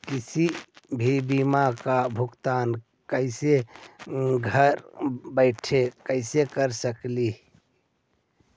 किसी भी बीमा का भुगतान कैसे घर बैठे कैसे कर स्कली ही?